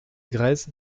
grèzes